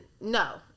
no